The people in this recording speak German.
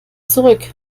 zurück